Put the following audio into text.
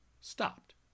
stopped